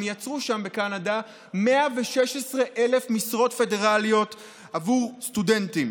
הם יצרו שם בקנדה 116,000 משרות פדרליות עבור סטודנטים,